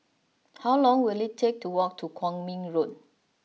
how long will it take to walk to Kwong Min Road